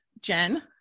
Jen